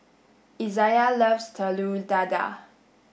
Izayah loves Telur Dadah